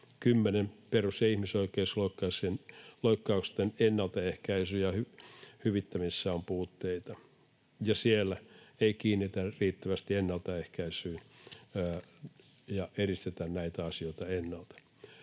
10) Perus- ja ihmisoikeusloukkausten ennaltaehkäisyssä ja hyvittämisessä on puutteita, ja siellä ei kiinnitetä riittävästi huomiota ennaltaehkäisyyn ja edistetä näitä asioita ennalta.